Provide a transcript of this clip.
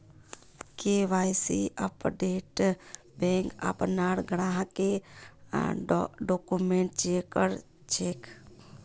KYC अपडेटत bank अपनार ग्राहकेर डॉक्यूमेंट चेक कर छेक